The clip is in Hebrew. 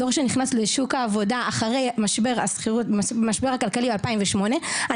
הדור שנכנס לשוק העבודה אחרי המשבר הכלכלי של שנת 2008,